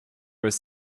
was